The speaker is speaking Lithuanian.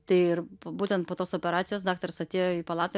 tai ir būtent po tos operacijos daktaras atėjo į palatą